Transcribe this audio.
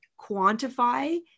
quantify